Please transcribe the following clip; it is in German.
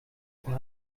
per